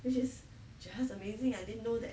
which is just amazing I didn't know that